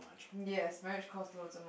yes marriage costs lots of